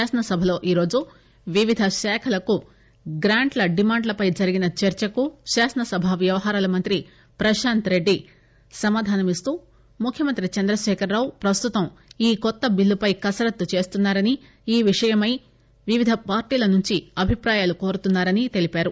శాసనసభలో ఈరోజు వివిధ శాఖలకు గ్రాంట్ల డిమాండ్లపై జరిగిన చర్చకు శాసనసభ వ్యవహారాల మంత్రి ప్రశాంత్ రెడ్డి సమాధానం ఇస్తూ ముఖ్యమంత్రి చంద్రశేఖరరావు ప్రస్తుతం ఈ కొత్త బిల్లుపై కసరత్తు చేస్తున్నారని ఈ విషయమై వివిధ పార్టీల నుంచి అభిప్రాయాలు కోరుతున్నారని తెలిపారు